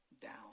down